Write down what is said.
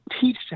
teach